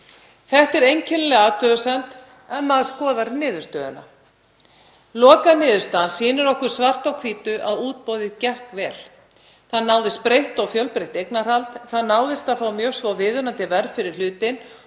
Þetta er einkennileg athugasemd ef maður skoðar niðurstöðuna. Lokaniðurstaðan sýnir okkur svart á hvítu að útboðið gekk vel. Það náðist breytt og fjölbreytt eignarhald. Það náðist að fá mjög svo viðunandi verð fyrir hlutinn og